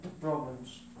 problems